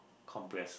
compress